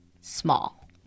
small